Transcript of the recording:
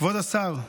כבוד השר,